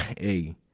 hey